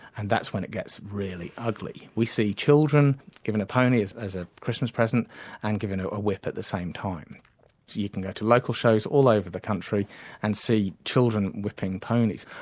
and that's when it gets really ugly. we see children given a pony as as a christmas present and given ah a a whip at the same time. so you can go to local shows all over the country and see children whipping ponies.